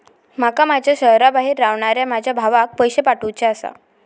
माका माझ्या शहराबाहेर रव्हनाऱ्या माझ्या भावाक पैसे पाठवुचे आसा